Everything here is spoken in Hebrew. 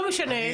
לא משנה,